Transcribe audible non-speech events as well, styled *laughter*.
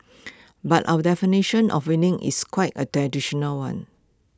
but our definition of winning is quite A *unintelligible* one